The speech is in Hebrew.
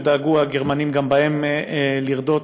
שדאגו הגרמנים גם בהם לרדות.